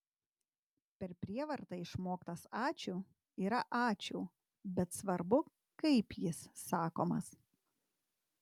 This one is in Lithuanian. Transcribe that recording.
per prievartą išmoktas ačiū yra ačiū bet svarbu kaip jis sakomas